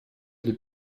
для